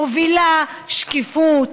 מובילה שקיפות